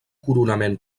coronament